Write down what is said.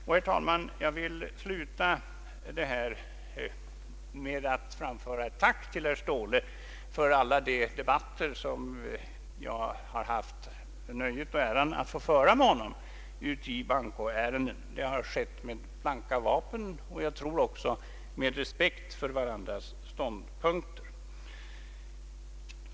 Jag vill, herr talman, sluta med att framföra ett tack till herr Ståhle för alla de debatter som jag haft nöjet och äran att få föra med honom i bankoärenden. Detta har skett med blanka vapen, och jag tror också med respekt för varandras ståndpunkter.